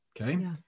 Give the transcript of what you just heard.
Okay